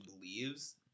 believes